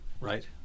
Right